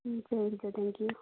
हुन्छ हुन्छ थ्याङ्क्यू